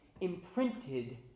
imprinted